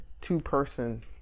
two-person